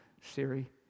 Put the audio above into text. Siri